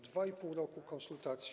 Dwa i pół roku konsultacji.